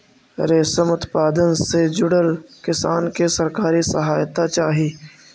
रेशम उत्पादन से जुड़ल किसान के सरकारी सहायता चाहि